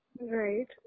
Right